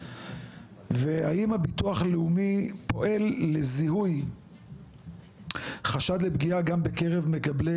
והאם הביטוח הלאומי פועל לזיהוי חשד לפגיעה גם בקרב מקבלי